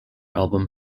album